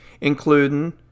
including